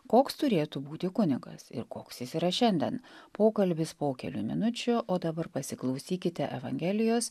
koks turėtų būti kunigas ir koks jis yra šiandien pokalbis po kelių minučių o dabar pasiklausykite evangelijos